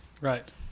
Right